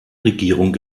regierung